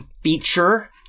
feature